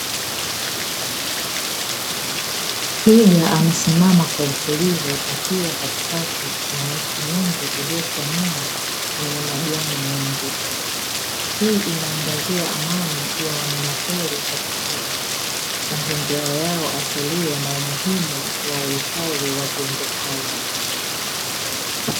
Twiga amesimama kwa utulivu, akiwa katikati ya miti mingi iliyochanua, yenye majani mengi. Hii inaangazia amani ya wanyama pori, katika mazingira yao asilia na umuhimu wa uhifadhi wa viumbe hai.